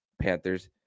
Panthers